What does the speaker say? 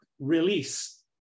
release